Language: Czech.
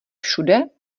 všude